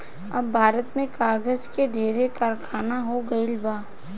अब भारत में कागज के ढेरे कारखाना हो गइल बा